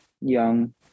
young